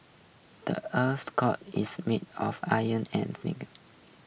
the earth's core is made of iron and nickel